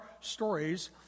stories